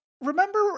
Remember